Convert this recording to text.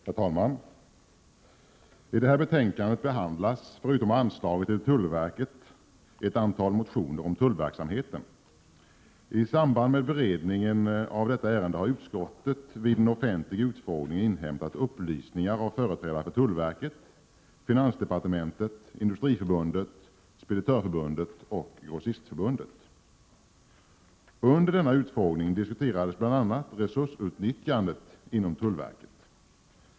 Herr talman! I detta betänkande behandlas förutom anslaget till tullverket ett antal motioner om tullverksamheten. I samband med beredningen av detta ärende har utskottet vid en offentlig utfrågning inhämtat upplysningar av företrädare för tullverket, finansdepartementet, Industriförbundet, Speditörförbundet och Grossistförbundet. Under denna utfrågning diskuterades bl.a. resursutnyttjandet inom tullverket.